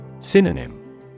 Synonym